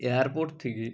airport থেকে